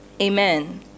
Amen